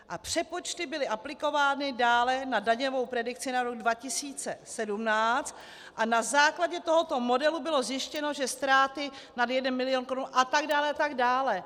A přepočty byly aplikovány dále na daňovou predikci na rok 2017 a na základě tohoto modelu byly zjištěny ztráty nad jeden milion korun... a tak dále, a tak dále.